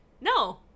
no